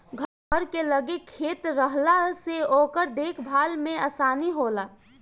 घर के लगे खेत रहला से ओकर देख भाल में आसानी होला